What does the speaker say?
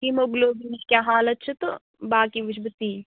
ہیٖموگٕلوبِنٕچ کیٛاہ حالت چھےٚ تہٕ باقی وٕچھِ بہٕ تی